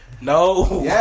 no